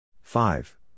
Five